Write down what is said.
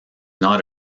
not